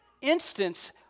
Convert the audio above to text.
instance